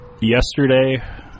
yesterday